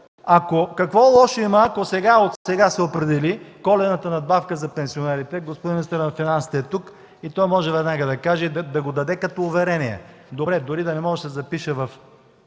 Какво лошо има, ако отсега се определи коледната надбавка за пенсионерите? Господин министърът на финансите е тук и той може веднага да каже, да го даде като уверение. Добре, дори да не може да се запише сега